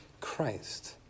Christ